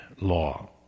law